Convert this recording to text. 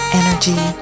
energy